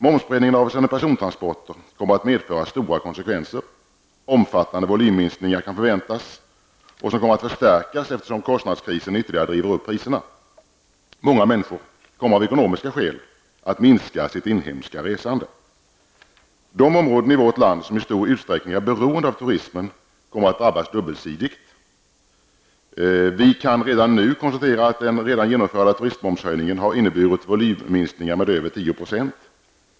Momsbreddningen avseende persontransporter kommer att medföra stora konsekvenser. Omfattande volymminskningar kan förväntas och kommer att förstärkas, eftersom kostnadskrisen ytterligare driver upp priserna. Många människor kommer av ekonomiska skäl att minska sitt inhemska resande. De områden i vårt land som i stor utsträckning är beroende av turismen kommer att drabbas dubbelsidigt. Vi kan nu konstatera att den redan genomförda turistmomshöjningen har inneburit volymminskningar med över 10 %.